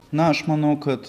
na aš manau kad